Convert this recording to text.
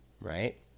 right